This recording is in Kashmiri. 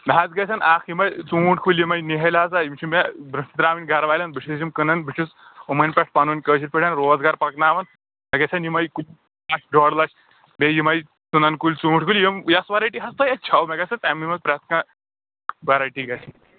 مےٚ حظ گژھن اَکھ یِمٕے ژوٗنٛٹھۍ کُلۍ یِمٕے نِہٕلۍ ہَسا یِم چھِ مےٚ ترٛاوٕنۍ گَروالٮ۪ن بہٕ چھُس یِم کٕنان بہٕ چھُس تِمَن پٮ۪ٹھ پَنُن کٲشِرۍ پٲٹھۍ روزگار پَکناوان مےٚ گژھن یِمٕے کُ اَکھ ڈۄڑ لَچھ بیٚیہِ یِمٕے ژٕنَن کُلۍ ژوٗنٛٹھۍ کُلۍ یِم یَس وَیرایٹی حظ تۄہہِ اَتہِ چھَو مےٚ گژھِ تَمی منٛز پرٛٮ۪تھ کانٛہہ وَیرایٹی گژھِ